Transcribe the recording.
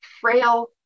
frail